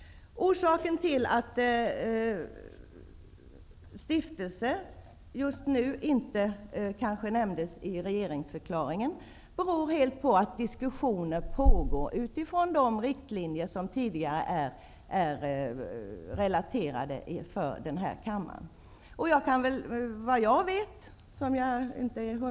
Att ordet stiftelse inte nämndes i regeringsförklaringen beror på att diskussioner pågår med utgångspunkt i de riktlinjer som tidigare har relaterats för denna kammare.